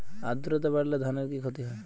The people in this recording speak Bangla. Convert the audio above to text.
আদ্রর্তা বাড়লে ধানের কি ক্ষতি হয়?